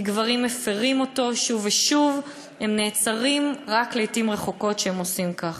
כי גברים שמפרים אותו שוב ושוב נעצרים רק לעתים רחוקות כשהם עושים זאת.